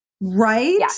right